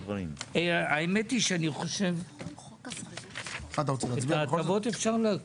וכי היזם זוכה להטבת מס כדי לפצות על זה